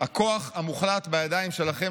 הכוח המוחלט בידיים שלכם,